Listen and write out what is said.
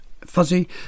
fuzzy